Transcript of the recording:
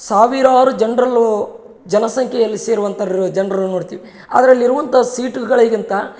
ಸಾವಿರಾರು ಜನ್ರಲ್ಲು ಜನಸಂಖ್ಯೆಯಲ್ಲಿ ಸೇರುವಂಥ ಜನರು ನೋಡ್ತೀವಿ ಅದರಲ್ಲಿರುವಂಥ ಸೀಟುಗಳಿಗಿಂತ